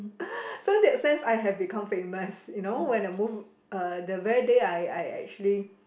so in that sense I have become famous you know when I move uh the very day I I actually